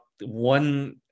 one